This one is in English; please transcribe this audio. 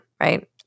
right